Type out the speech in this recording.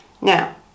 Now